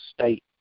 State